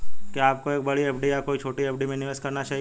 क्या आपको एक बड़ी एफ.डी या कई छोटी एफ.डी में निवेश करना चाहिए?